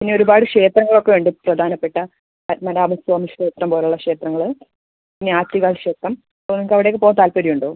പിന്നെ ഒരുപാട് ക്ഷേത്രങ്ങളൊക്കെ ഉണ്ട് പ്രധാനപ്പെട്ട പത്മനാഭസ്വാമി ക്ഷേത്രം പോലെയുള്ള ക്ഷേത്രങ്ങൾ പിന്നെ ആറ്റുകാൽ ക്ഷേത്രം അപ്പോൾ നിങ്ങൾക്ക് അവിടെയൊക്കെ പോവാൻ താൽപ്പര്യം ഉണ്ടോ